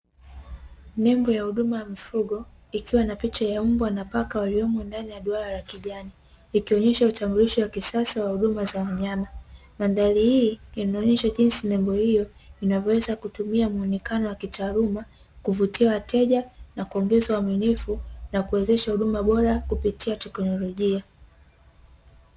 Nembo ya huduma ya mifugo, ikiwa na picha ya mbwa na paka waliomo ndani ya duara la kijani, ikionyesha utambulisho wa kisasa wa huduma za wanyama. Mandhari hii inaonyesha jinsi nembo hiyo inavyoweza kutumia mwonekano wa kitaaluma, kuvutia wateja na kuongeza uaminifu na kuwezesha huduma bora kupitia teknolojia.